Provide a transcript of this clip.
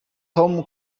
tom